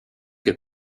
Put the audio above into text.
che